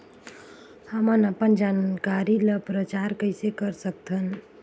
हमन अपन जानकारी ल प्रचार कइसे कर सकथन?